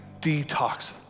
detox